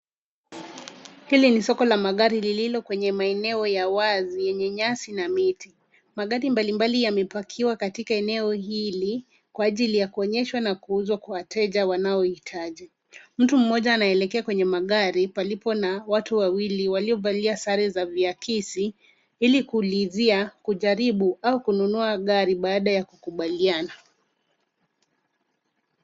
Hili ni soko la magari lililo kwenye maeneo ya wazi yenye nyasi na miti. Magari mbalimbali yamepakiwa katika eneo hili, kwa ajili ya kuonyeshwa kwa wateja na kuuzia wanaoihitaji. Mtu mmoja anaelekea kwenye magari palipo na watu wawili waliovalia sare vya viakisi, ili kuulizia kujaribu au kununua gari baada ya kukubaliana.